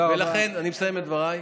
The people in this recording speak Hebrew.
מסיים את דבריי.